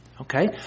Okay